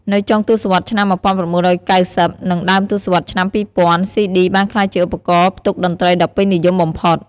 នៅចុងទសវត្សរ៍ឆ្នាំ ១៩៩០ និងដើមទសវត្សរ៍ឆ្នាំ ២០០០ ស៊ីឌី បានក្លាយជាឧបករណ៍ផ្ទុកតន្ត្រីដ៏ពេញនិយមបំផុត។